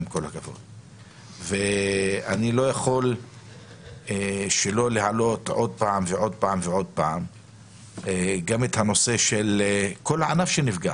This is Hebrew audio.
אני לא יכול שלא להעלות שוב ושוב את הנושא של כל הענף שנפגע.